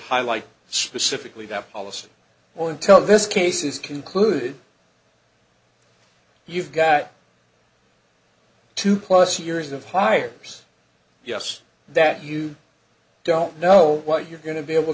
highlight specifically that policy or until this case is concluded you've got two plus years of hires yes that you don't know what you're going to be able